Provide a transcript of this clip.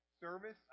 service